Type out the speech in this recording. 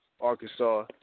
Arkansas